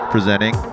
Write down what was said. Presenting